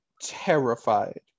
terrified